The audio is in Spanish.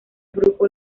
grupo